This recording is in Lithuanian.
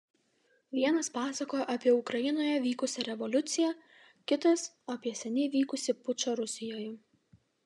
vienas pasakojo apie ukrainoje vykusią revoliuciją kitas apie seniai vykusį pučą rusijoje